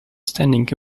standing